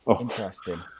Interesting